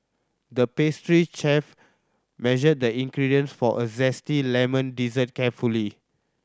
the pastry chef measured the ingredients for a zesty lemon dessert carefully